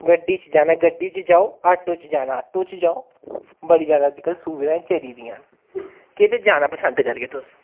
गड्डी च जाना गड्डी च जाओ आटो च जाना आटो च जाओ बड़ी ज्यादा अज्जकल सुविधा चली दियां न केह्दे जाना पसंद करगे तुस